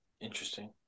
Interesting